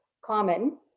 common